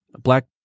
Black